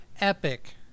epic